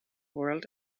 world